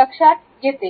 लक्षात येते